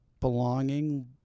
belonging